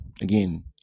Again